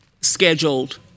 scheduled